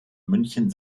münchen